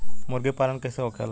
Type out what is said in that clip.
मुर्गी पालन कैसे होखेला?